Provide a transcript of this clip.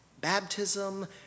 baptism